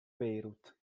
beirut